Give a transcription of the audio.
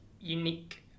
unique